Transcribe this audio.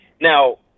Now